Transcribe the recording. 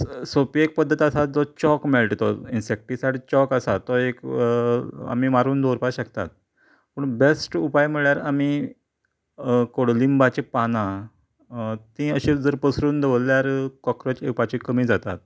सोपी एक पद्दत आसा जो चाॅक मेळटा तो इन्सेक्टीसायड चाॅक आसा तो एक आमी मारून दवरपाक शकतात पूण बेश्ट उपाय म्हळ्यार आमी कोडूलिंबाचे पानां तीं अशींच जर पसरून दवरल्यार कॉकराॅच येवपाचे कमी जातात